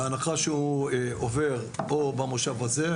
בהנחה שהוא עובר כאן במושב הזה,